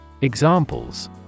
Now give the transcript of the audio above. Examples